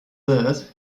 birth